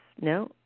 No